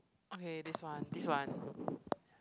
okay this one this one